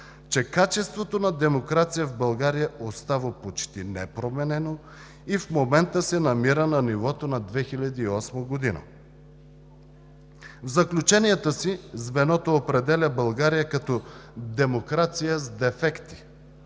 че качеството на демокрация в България остава почти непроменено и в момента се намира на нивото на 2008 г. В заключенията си звеното определя България като демокрация с дефекти